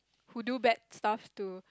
who do bad stuff to